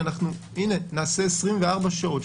שנעשה 24 שעות,